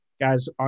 guys